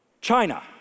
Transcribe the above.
China